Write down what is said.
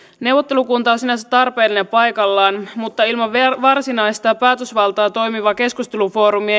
neuvottelukunta on sinänsä tarpeellinen ja paikallaan mutta ilman varsinaista päätösvaltaa toimiva keskustelufoorumi